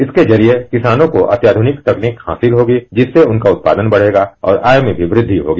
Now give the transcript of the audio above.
इसके जरिए किसानों को अत्यध्रनिक तकनीकी हासिल होगी जिससे उनका उत्पादन बढ़ेगा और आय में वृद्धि होगी